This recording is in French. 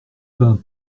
pas